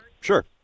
Sure